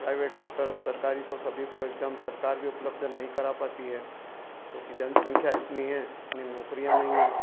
private doctor अब सरकारी तो सभी को एकदम सरकार भी उपलब्ध नहीं करा पाती है क्योंकि जनसंख्या इतनी है इतनी नौकरियाँ नहीं हैं